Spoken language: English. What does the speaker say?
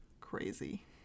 crazy